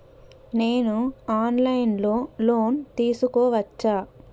నేను online లో loan తీసుకోవచ్చా?